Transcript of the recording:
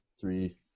three